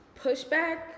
pushback